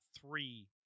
three